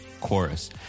chorus